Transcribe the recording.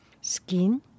Skin